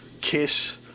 Kiss